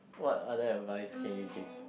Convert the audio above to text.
what other employee can you take